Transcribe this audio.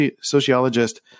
Sociologist